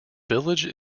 village